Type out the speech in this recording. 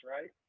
right